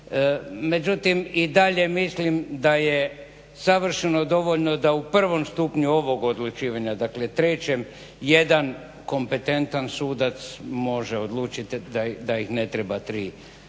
Međutim, i dalje mislim da je savršeno dovoljno da u prvom stupnju ovog odlučivanja, dakle trećem jedan kompetentan sudac može odlučiti da ih ne treba tri.